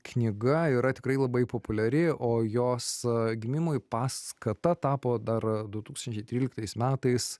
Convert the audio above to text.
knyga yra tikrai labai populiari o jos gimimui paskata tapo dar du tūkstančiai tryliktais metais